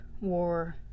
war